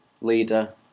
leader